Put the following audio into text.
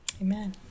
Amen